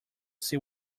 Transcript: see